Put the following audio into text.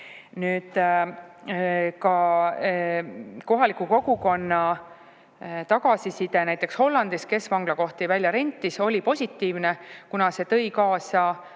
Ka kohaliku kogukonna tagasiside näiteks Hollandis, kes vanglakohti välja rentis, oli positiivne, kuna see tõi kaasa